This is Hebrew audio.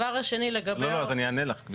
אני אענה לך.